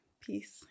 Peace